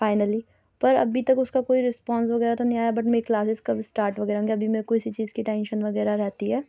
finally پر ابھی تک اُس کا کوئی رسپانس وغیرہ تو نہیں آیا بٹ میری کلاسز کب اسٹارٹ وغیرہ ہوں گی ابھی میرے کو اِسی چیز کی ٹینشن وغیرہ رہتی ہے